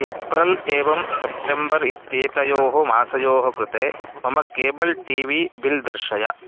April एवं September इत्येतयोः मासयोः कृते मम केबल् टी वी बिल् दर्शय